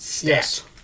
Yes